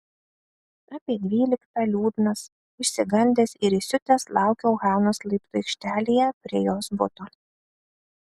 apie dvyliktą liūdnas išsigandęs ir įsiutęs laukiau hanos laiptų aikštelėje prie jos buto